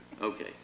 Okay